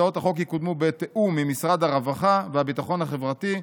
הצעות החוק יקודמו בתיאום עם משרד הרווחה והביטחון החברתי,